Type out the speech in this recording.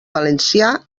valencià